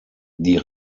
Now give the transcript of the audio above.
die